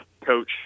coach